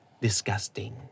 disgusting